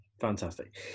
fantastic